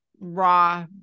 raw